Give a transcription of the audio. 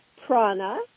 prana